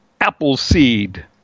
Appleseed